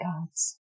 gods